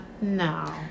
No